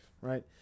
Right